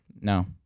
No